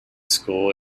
school